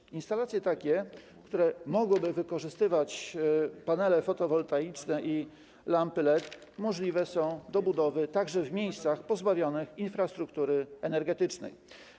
Takie instalacje, które mogłyby wykorzystywać panele fotowoltaiczne i lampy LED, możliwe są do budowy także w miejscach pozbawionych infrastruktury energetycznej.